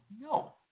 no